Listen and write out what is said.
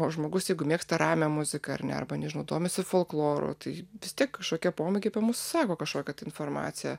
o žmogus jeigu mėgsta ramią muziką ar ne arba nežinau domisi folkloru tai vis tiek kažkokie pomėgiai apie mus sako kažkokią tai informaciją